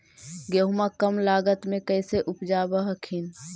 गेहुमा कम लागत मे कैसे उपजाब हखिन?